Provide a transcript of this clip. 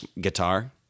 guitar